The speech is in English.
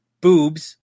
boobs